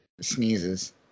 sneezes